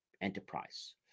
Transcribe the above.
enterprise